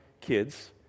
kids